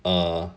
err